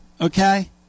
okay